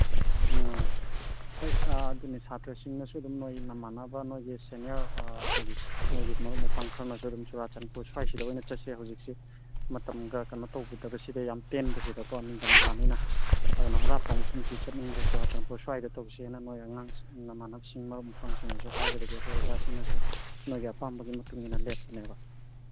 ꯑ ꯍꯣꯏ ꯑꯗꯨꯅꯦ ꯁꯥꯇ꯭ꯔꯁꯤꯡꯅꯁꯨ ꯑꯗꯨꯝ ꯅꯈꯣꯏ ꯅꯃꯥꯟꯅꯕ ꯅꯈꯣꯏꯒꯤ ꯁꯦꯅꯤꯌꯔ ꯑꯩꯈꯣꯏꯒꯤ ꯅꯈꯣꯏꯒꯤ ꯃꯔꯨꯞ ꯃꯄꯥꯡ ꯈꯪꯅꯁꯨ ꯑꯗꯨꯝ ꯆꯨꯔꯥꯆꯥꯟꯄꯨꯔ ꯁ꯭ꯋꯥꯏꯁꯤꯗ ꯑꯣꯏꯅ ꯆꯠꯁꯦ ꯍꯧꯖꯤꯛꯁꯤ ꯃꯇꯝꯒ ꯀꯩꯅꯣ ꯇꯧꯒꯤꯗꯕꯁꯤꯗ ꯌꯥꯝ ꯄꯦꯟꯕꯁꯤꯗꯀꯣ ꯅꯤꯡꯗꯝꯗꯥꯅꯤꯅ ꯑꯗꯨꯅ ꯑꯔꯥꯞꯄ ꯃꯐꯝꯁꯨ ꯆꯠꯅꯤꯡꯗꯦ ꯆꯨꯔꯥꯆꯥꯟꯄꯨꯔ ꯁ꯭ꯋꯥꯏꯗ ꯇꯧꯁꯦꯅ ꯅꯣꯏ ꯑꯉꯥꯡ ꯅꯃꯥꯟꯅꯕꯁꯤꯡ ꯃꯔꯨꯞ ꯃꯄꯥꯡꯁꯤꯡꯅꯁꯨ ꯍꯥꯏꯕꯗꯒꯤ ꯑꯩꯈꯣꯏ ꯑꯣꯖꯥꯁꯤꯡꯅꯁꯨ ꯅꯈꯣꯏꯒꯤ ꯑꯄꯥꯝꯕꯒꯤ ꯃꯇꯨꯡꯏꯟꯅ ꯂꯦꯞꯄꯅꯦꯕ